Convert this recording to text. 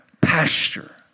pasture